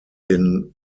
den